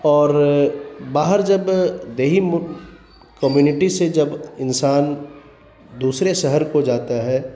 اور باہر جب دیہی کمیونٹی سے جب انسان دوسرے شہر کو جاتا ہے